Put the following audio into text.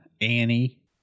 annie